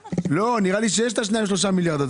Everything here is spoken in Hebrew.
נראה לי שיש 3-2 מיליארד האלה.